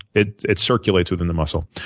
it it circulates within the muscle.